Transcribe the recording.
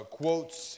quotes